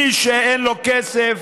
מי שאין לו כסף